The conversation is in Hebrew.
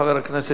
בבקשה.